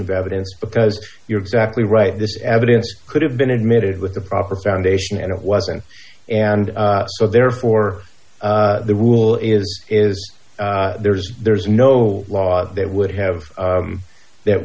of evidence because you're exactly right this evidence could have been admitted with the proper foundation and it wasn't and so therefore the rule is is there's there's no law that would have that